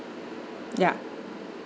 ya